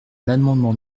l’amendement